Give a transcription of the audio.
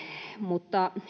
mutta